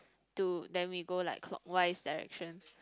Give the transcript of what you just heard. to then we go like clockwise direction